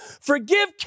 forgive